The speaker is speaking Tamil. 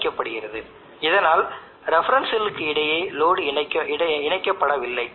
இப்போது இந்த ரெஃபரன்ஸ் செல் எந்த பவரையும் வழங்கப்போவதில்லை